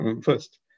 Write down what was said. first